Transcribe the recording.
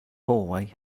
hallway